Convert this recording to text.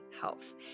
health